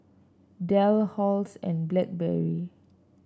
Dell Halls and Blackberry